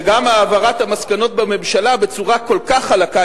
וגם העברת המסקנות בממשלה בצורה כל כך חלקה,